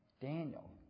Daniel